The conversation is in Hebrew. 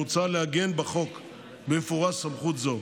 מוצע לעגן סמכות זו